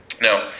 Now